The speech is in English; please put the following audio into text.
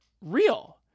real